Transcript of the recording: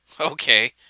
Okay